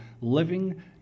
living